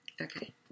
Okay